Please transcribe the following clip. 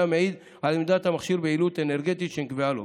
המעיד על עמידת המכשיר ביעילות האנרגטית שנקבעה לו.